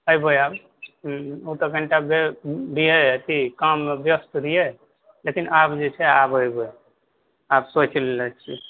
एबै आब तखन तऽ फेर छै अथी काम मे व्यस्त रहिए लेकिन आब जे छै आब एबै आब सोचि लेने छियै